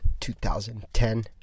2010